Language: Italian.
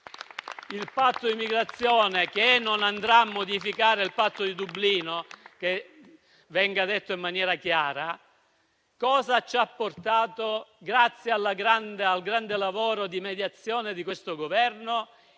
Il patto di migrazione non andrà a modificare il Trattato di Dublino, e venga detto in maniera chiara. Cosa ci ha portato, dunque, questo patto, grazie al grande lavoro di mediazione di questo Governo?